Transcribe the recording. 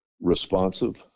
responsive